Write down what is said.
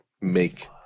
make